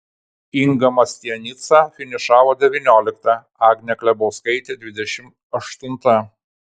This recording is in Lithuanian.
inga mastianica finišavo devyniolikta agnė klebauskaitė dvidešimt aštunta